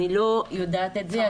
אני לא יודעת את זה.